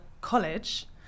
college